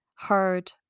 heard